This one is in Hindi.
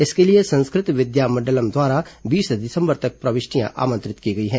इसके लिए संस्कृत विद्यामंडलम् द्वारा बीस दिसम्बर तक प्रविष्टियां आमंत्रित की गई हैं